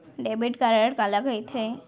Debit card काला कहिथे?